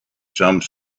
some